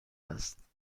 است